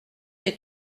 est